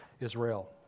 Israel